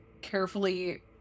carefully